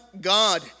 God